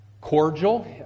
cordial